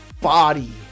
body